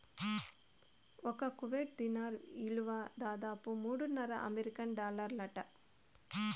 ఒక్క Kuwait dinar ఇలువ దాదాపు మూడున్నర అమెరికన్ డాలర్లంట